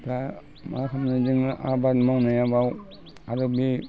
दा मा होनो जोङो आबाद मावनायाव आरो बे